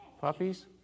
Puppies